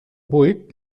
vuit